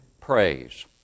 praise